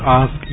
ask